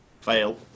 Fail